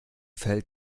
fällt